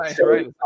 right